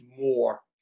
more